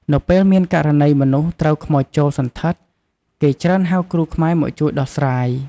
នៅពេលមានករណីមនុស្សត្រូវខ្មោចចូលសណ្ឋិតគេច្រើនហៅគ្រូខ្មែរមកជួយដោះស្រាយ។